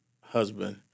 husband